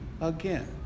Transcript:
again